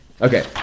Okay